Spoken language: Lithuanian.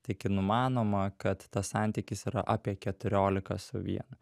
tik numanoma kad tas santykis yra apie keturiolika su vienu